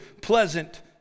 pleasant